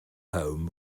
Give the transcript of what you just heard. home